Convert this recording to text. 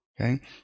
okay